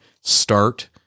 start